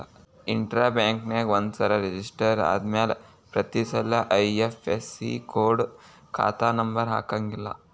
intra ಬ್ಯಾಂಕ್ನ್ಯಾಗ ಒಂದ್ಸರೆ register ಆದ್ಮ್ಯಾಲೆ ಪ್ರತಿಸಲ ಐ.ಎಫ್.ಎಸ್.ಇ ಕೊಡ ಖಾತಾ ನಂಬರ ಹಾಕಂಗಿಲ್ಲಾ